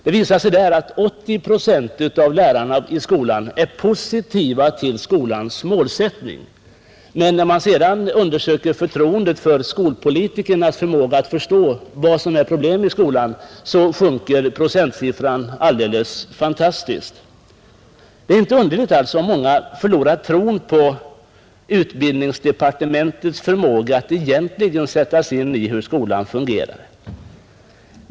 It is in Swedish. Det visar sig där att 80 procent av lärarna i skolan är positiva till skolans målsättning. Men när man sedan undersöker förtroendet för skolpolitikernas förmåga att förstå vad som är problem i skolan sjunker procentsiffran alldeles fantastiskt. Det är alltså inte underligt, om många förlorat tron på utbildningsdepartementets förmåga att egentligen sätta sig in i hur skolan fungerar.